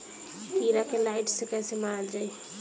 कीड़ा के लाइट से कैसे मारल जाई?